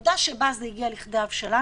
הנקודה שבה זה הגיע לכדי הבשלה,